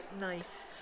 nice